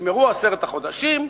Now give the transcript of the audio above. נגמרו עשרת החודשים,